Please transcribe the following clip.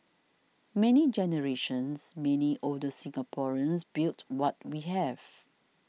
many generations many older Singaporeans built what we have